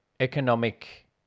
Economic